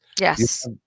yes